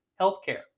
healthcare